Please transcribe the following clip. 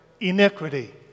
iniquity